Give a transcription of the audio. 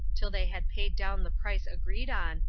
till they had paid down the price agreed on,